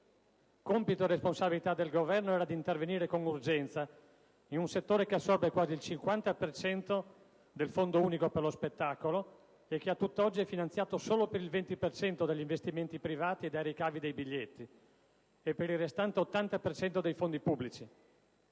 Compito e responsabilità del Governo era di intervenire con urgenza in un settore che assorbe quasi il 50 per cento del Fondo unico per lo spettacolo e che a tutt'oggi è finanziato solo per il 20 per cento dagli investimenti privati e dai ricavi dei biglietti, e per il restante 80 per cento dai fondi pubblici.